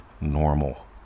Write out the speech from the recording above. normal